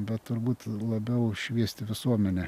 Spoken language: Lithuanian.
bet turbūt labiau šviesti visuomenę